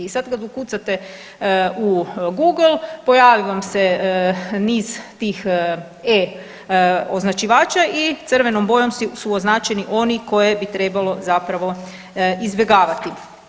I sad kad ukucate u Google pojavi vam se niz tih E označivača i crvenom bojom su označeni oni koje bi trebalo zapravo izbjegavati.